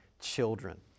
children